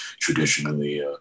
traditionally